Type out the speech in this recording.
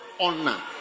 honor